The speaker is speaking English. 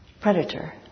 predator